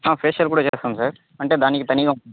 facial కూడా చేస్తాం sir అంటే దానికి తనీగా